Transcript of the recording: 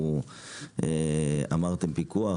אמרתם פיקוח,